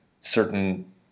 certain